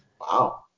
Wow